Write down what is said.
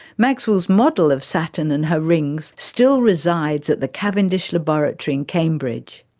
maxwell's model of saturn and her rings still resides at the cavendish laboratory in cambridge.